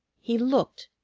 he looked,